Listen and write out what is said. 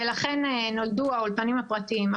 ולכן נולדו האולפנים הפרטיים.